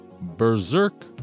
Berserk